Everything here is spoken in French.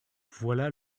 voilà